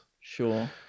Sure